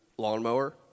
Lawnmower